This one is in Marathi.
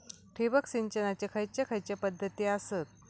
ठिबक सिंचनाचे खैयचे खैयचे पध्दती आसत?